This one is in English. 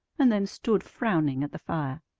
and then stood frowning at the fire.